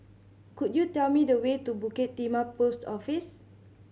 could you tell me the way to Bukit Timah Post Office